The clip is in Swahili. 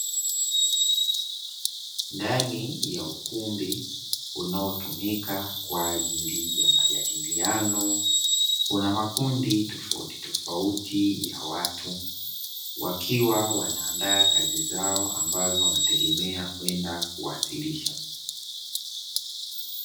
Ndani ya ukumbi unaotumika kwa ajili ya majadiliano, kuna makundi tofautitofauti ya watu wakiwa wanaandaa kazi zao ambazo wanategemea kwenda kuwasilisha.